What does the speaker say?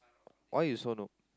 why you so noob